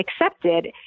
accepted